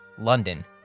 London